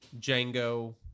Django